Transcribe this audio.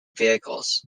vehicles